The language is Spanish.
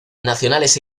nacionales